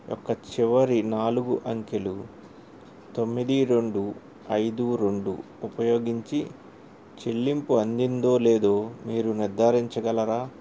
యొక్క చివరి నాలుగు అంకెలు తొమ్మిది రెండు ఐదు రెండు ఉపయోగించి చెల్లింపు అందిందో లేదో మీరు నిర్ధారించగలరా